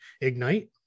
ignite